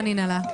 הישיבה ננעלה.